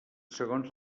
segons